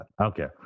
Okay